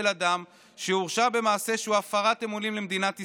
אדם שהורשע במעשה שהוא הפרת אמונים למדינת ישראל,